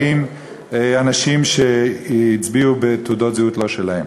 אנשים שהצביעו בתעודות זהות לא שלהם.